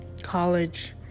college